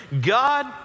God